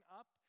up